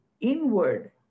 inward